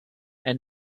and